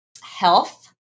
health